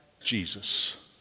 Jesus